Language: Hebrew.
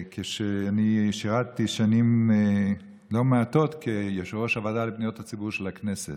כשאני שירתי שנים לא מעטות כיושב-ראש הוועדה לפניות הציבור של הכנסת.